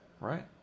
right